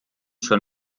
schon